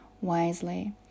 wisely